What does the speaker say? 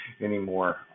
anymore